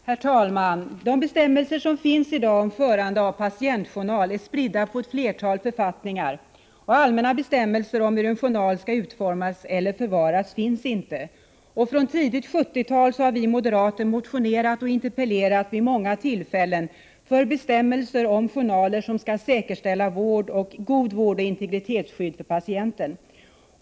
Herr talman! De bestämmelser om förande av patientjournal som finns i dag är spridda på ett flertal författningar. Allmänna bestämmelser om hur en journal skall utformas eller förvaras finns inte. Från tidigt 1970-tal har vi moderater motionerat och interpellerat vid många tillfällen för bestämmelser om journaler som skall säkerställa god vård och integritetsskydd för patienten.